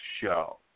show